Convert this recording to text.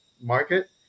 market